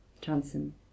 Johnson